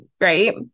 right